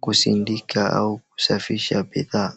kusidika au kusafisha bidhaa.